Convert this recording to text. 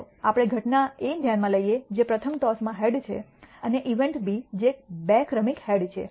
ચાલો આપણે ઘટના A ધ્યાનમાં લઈએ જે પ્રથમ ટોસમાં હેડ છે અને ઇવેન્ટ B જે બે ક્રમિક હેડ છે